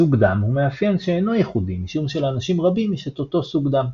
סוג דם הוא מאפיין שאינו ייחודי משום שלאנשים רבים יש את אותו סוג דם.